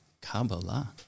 Kabbalah